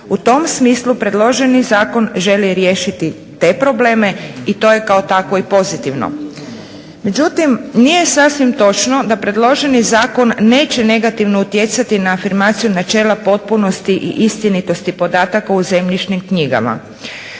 U tom smislu predloženi zakon želi riješiti te probleme i to je kao takvo i pozitivno. Međutim, nije sasvim točno da predloženi zakon neće negativno utjecati na afirmaciju načela potpunosti i istinitosti podataka u zemljišnim knjigama.